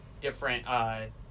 different